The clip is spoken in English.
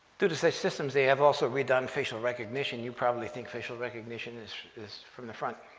due to such systems, they have also redone facial recognition. you probably think facial recognition is is from the front,